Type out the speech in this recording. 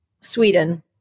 Sweden